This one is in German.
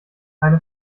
keine